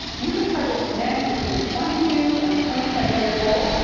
you could target men between twenty two and twenty seven years old,